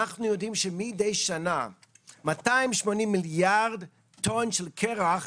אנחנו יודעים שמידי שנה 280 מיליארד טון של קרח